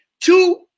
two